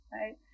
right